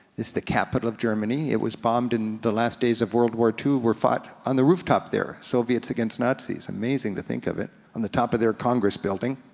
it's the capital of germany. it was bombed in the last days of world war ii were fought on the rooftop there, soviets against nazis, amazing to think of it. on the top of their congress building.